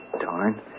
darn